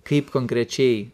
kaip konkrečiai